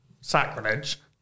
sacrilege